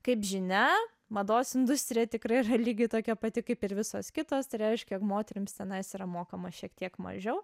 kaip žinia mados industrija tikrai yra lygiai tokia pati kaip ir visos kitos tai reiškia jog moterims tenais yra mokama šiek tiek mažiau